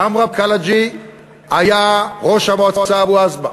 עמרם קלעג'י היה ראש המועצה אבו-בסמה.